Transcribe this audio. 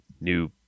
new